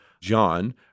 John